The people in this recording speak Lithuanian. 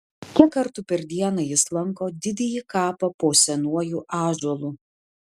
kiek kartų per dieną jis lanko didįjį kapą po senuoju ąžuolu